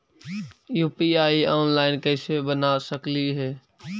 UPI online कैसे बना सकली हे?